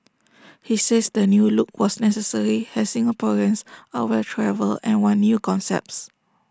he says the new look was necessary as Singaporeans are well travelled and want new concepts